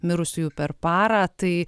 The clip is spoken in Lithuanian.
mirusiųjų per parą tai